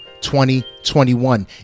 2021